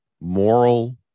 moral